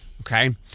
Okay